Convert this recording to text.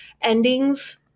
endings